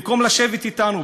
במקום לשבת אתנו,